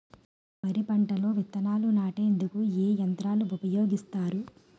వరి పంటలో విత్తనాలు నాటేందుకు ఏ యంత్రాలు ఉపయోగిస్తారు?